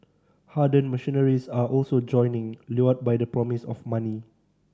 hardened mercenaries are also joining lured by the promise of money